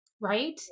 Right